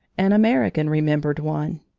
an american remembered one,